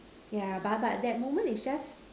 yeah but but that woman is just